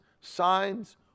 signs